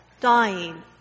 dying